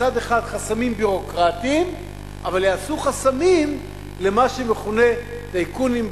מצד אחד חסמים ביורוקרטיים אבל יעשו חסמים למה שמכונה טייקונים,